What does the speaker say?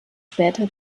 später